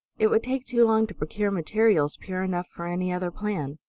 it would take too long to procure materials pure enough for any other plan.